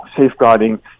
safeguarding